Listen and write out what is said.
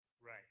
Right